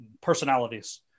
personalities